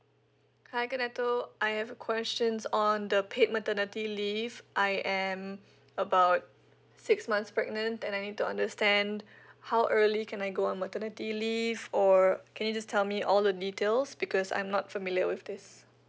hi conetto I have questions on the paid maternity leave I am about six months pregnant and I need to understand how early can I go on maternity leave or can you just tell me all the details because I'm not familiar with this